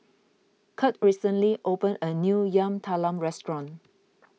Kurt recently opened a new Yam Talam restaurant